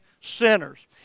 sinners